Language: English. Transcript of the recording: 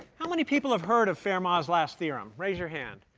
how many people have heard of fermat's last theorem? raise your hand.